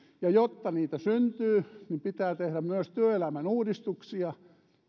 jotta niitä syntyy pitää tehdä myös työelämän uudistuksia